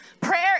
Prayer